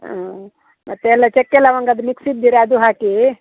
ಹಾಂ ಮತ್ತು ಎಲ್ಲ ಚಕ್ಕೆ ಲವಂಗ ಅದು ಮಿಕ್ಸಿದ್ದರೆ ಅದೂ ಹಾಕಿ